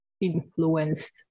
influenced